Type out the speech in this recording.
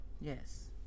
Yes